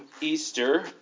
Easter